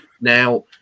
Now